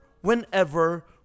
whenever